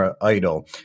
Idol